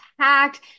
packed